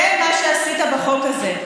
זה מה שעשית בחוק הזה.